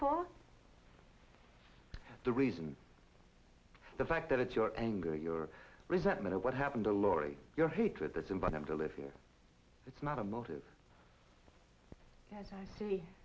for the reason the fact that it's your anger your resentment of what happened to lori your hatred that's invite them to live here it's not a motive as i see